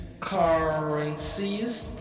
currencies